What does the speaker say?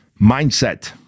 mindset